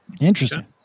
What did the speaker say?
Interesting